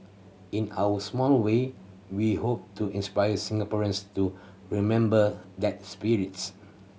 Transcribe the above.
in our small way we hope to inspire Singaporeans to remember that spirit